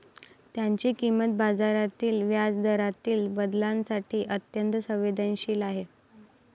त्याची किंमत बाजारातील व्याजदरातील बदलांसाठी अत्यंत संवेदनशील आहे